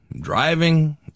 driving